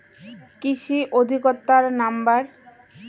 কৃষি অধিকর্তার নাম্বার?